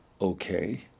okay